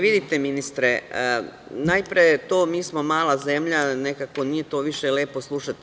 Vidite ministre, najpre to – mi smo mala zemlja, nekako nije to više lepo slušati.